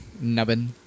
nubbin